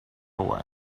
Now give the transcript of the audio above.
away